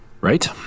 right